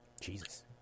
Jesus